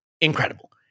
incredible